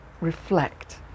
reflect